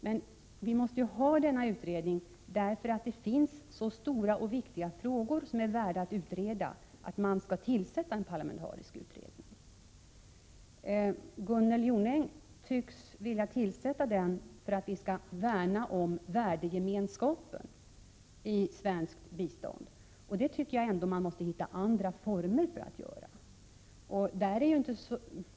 Men en utredning måste komma till stånd av den anledningen att det finns stora och viktiga frågor som är värda att utreda och som motiverar en parlamentarisk utredning. Gunnel Jonäng tycks vilja tillsätta en parlamentarisk utredning för att vi skall värna om värdegemenskapen i svenskt bistånd. Jag tycker att man skall hitta andra former för att göra det.